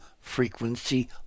frequency